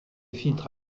filtres